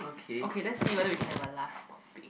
okay let see whether we can have a last topic